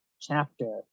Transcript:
chapter